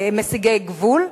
מסיגי גבול?